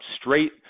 straight